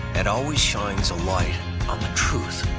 and always shines a light on the truth.